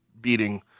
beating